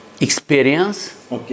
experience